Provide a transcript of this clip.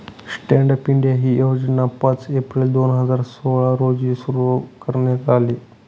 stand up India ही योजना पाच एप्रिल दोन हजार सोळा रोजी सुरु करण्यात आली